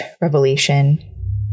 revelation